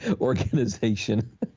organization